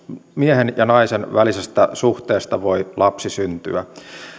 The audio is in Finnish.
miehen ja naisen välisestä suhteesta voi lapsi syntyä